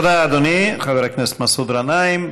תודה, אדוני חבר הכנסת מסעוד גנאים.